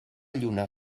lluna